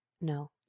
No